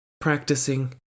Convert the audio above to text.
practicing